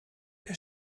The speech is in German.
der